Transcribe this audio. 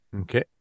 Okay